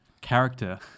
character